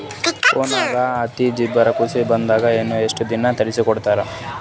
ಫೋನ್ಯಾಗ ಹತ್ತಿ ಬೀಜಾ ಕೃಷಿ ಬಜಾರ ನಿಂದ ಎಷ್ಟ ದಿನದಾಗ ತರಸಿಕೋಡತಾರ?